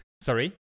Sorry